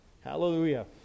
Hallelujah